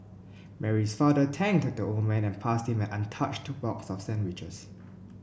Mary's father thanked the old man and passed him an untouched box of sandwiches